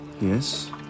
Yes